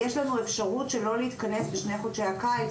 יש לנו אפשרות שלא להתכנס בשני חודשי הקיץ,